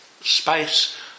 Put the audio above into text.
space